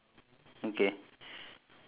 there's five sheep